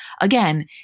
again